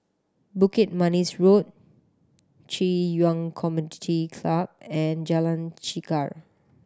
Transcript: Bukit Manis Road Ci Yuan Community Club and Jalan Chegar